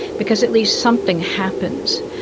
because at least something happens.